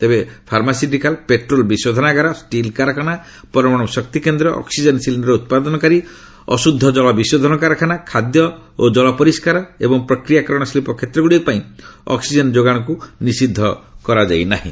ତେବେ pharmaceutical petrol ବିଶୋଧନାଗାର steel କାରଖାନା ପରମାଣୁ ଶକ୍ତି କେନ୍ଦ୍ର ଅକ୍ସିଜେନ୍ ସିଲିଣ୍ଡର ଉତ୍ପାଦନକାରୀ ଅଶୁଦ୍ଧ ଜଳ ବିଶୋଧନ କାରଖାନା ଖାଦ୍ୟ ଓ ଜଳ ପରିଷ୍କାର ଓ ପ୍ରକ୍ରିୟାକରଣ ଶିଳ୍ପ କ୍ଷେତ୍ର ଗୁଡ଼ିକ ପାଇଁ ଅକ୍ସିଜେନ୍ ଯୋଗାଣକୁ ନିଷିଦ୍ଧ କରାଯାଇ ନାହିଁ